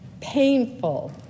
painful